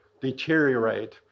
deteriorate